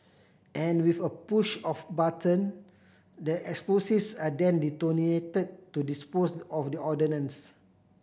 and with a push of button the explosives are then detonated to dispose of the ordnance